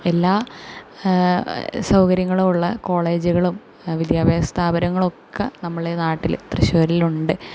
എല്ലാ സൗകര്യങ്ങളുമുള്ള കോളേജുകളും വിദ്യാഭ്യാസ സ്ഥാപനങ്ങളും ഒക്കെ നമ്മളുടെ നാട്ടിൽ തൃശ്ശൂരിലുണ്ട്